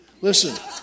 Listen